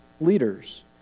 leaders